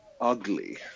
ugly